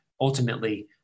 ultimately